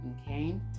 Okay